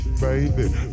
baby